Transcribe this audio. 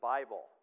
Bible